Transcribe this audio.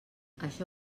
això